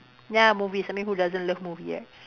ya movies I mean who doesn't love movie right